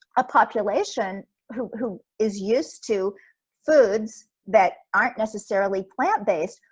a population who who is used to foods that aren't necessarily plant-based,